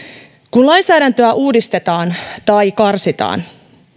kun lainsäädäntöä uudistetaan tai karsitaan